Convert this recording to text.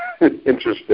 Interesting